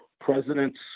Presidents